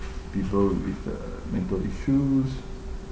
people with uh mental issues